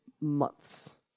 months